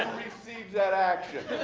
receives that action?